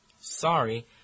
Sorry